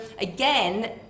again